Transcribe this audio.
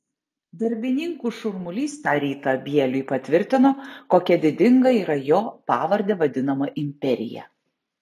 darbininkų šurmulys tą rytą bieliui patvirtino kokia didinga yra jo pavarde vadinama imperija